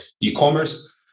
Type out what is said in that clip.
e-commerce